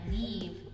leave